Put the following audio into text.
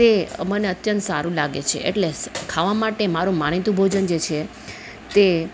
તે મને અત્યંત સારું લાગે છે એટલે ખાવા માટે મારું માનીતું ભોજન છે તે